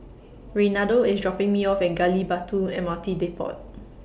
Reynaldo IS dropping Me off At Gali Batu M R T Depot